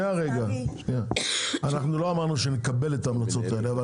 אנחנו לא אמרנו שנקבל את ההמלצות האלה אבל